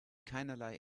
keinerlei